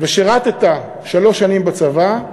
ושירת שלוש שנים בצבא,